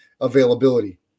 availability